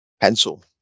Pencil